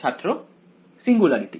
ছাত্র সিঙ্গুলারিটি